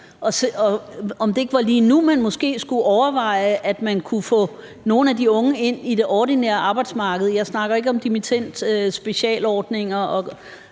det var lige nu, man måske skulle overveje, om man kunne få nogle af de unge ind på det ordinære arbejdsmarked? Jeg snakker ikke om specialordninger